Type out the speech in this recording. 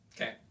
Okay